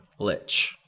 glitch